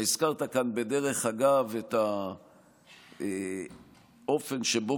אתה הזכרת כאן בדרך אגב את האופן שבו